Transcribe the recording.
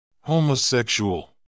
Homosexual